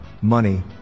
money